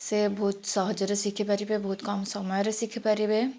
ସେ ବହୁତ ସହଜରେ ଶିଖିପାରିବେ ବହୁତ କମ ସମୟରେ ଶିଖିପାରିବେ